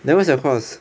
there what's your course